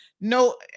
no